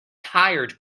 tired